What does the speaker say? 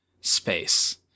space